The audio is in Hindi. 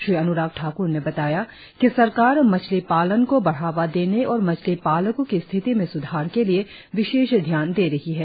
श्री अन्राग ठाक्र ने बताया कि सरकार मछली पालन को बढ़ावा देने और मछली पालकों की स्थिति में स्धार के लिए विशेष ध्यान दे रही है